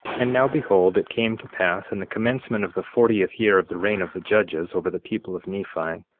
and now behold, it came to pass in the commencement of the fortieth year of the reign of the judges over the people of nephi,